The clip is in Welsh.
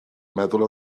meddwl